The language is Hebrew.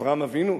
אברהם אבינו,